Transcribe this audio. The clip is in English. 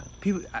people